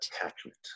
Attachment